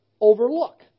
overlook